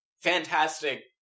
fantastic